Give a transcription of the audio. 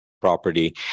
property